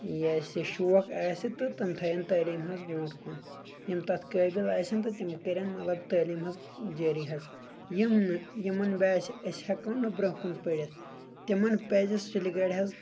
یَس یہِ شوق آسہِ تہٕ تِم تھایِن تعلیٖم منٛز برونٛٹھ کُن یِم تَتھ قأبل آسن تہٕ تِم کٔرِنۍ مطلب تعلیٖم منٛز جأری حظ یِم نہٕ یِمن باسہِ أسۍ ہیٚکو نہٕ برۄنٛہہ کُن پٔرِتھ تِمن پزِ سُلہِ گرِ حظ